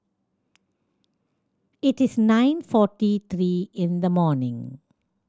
it is nine forty three in the morning